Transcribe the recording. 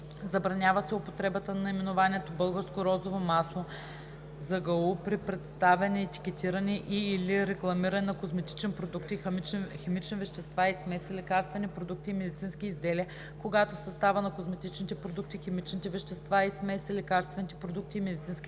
Забранява се употребата на наименованието „Българско розово масло“ (Bulgarsko rozovo maslo) (ЗГУ) при представяне, етикетиране и/или рекламиране на козметични продукти, химични вещества и смеси, лекарствени продукти и медицински изделия, когато в състава на козметичните продукти, химичните вещества и смеси, лекарствените продукти и медицинските изделия